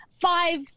five